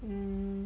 mm